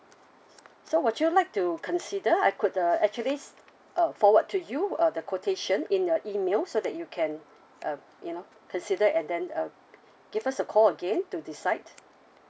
so would you like to consider I could uh actually uh forward to you uh the quotation in your email so that you can uh you know consider and then uh give us a call again to decide